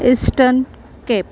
eastern cape